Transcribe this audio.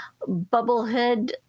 bubblehead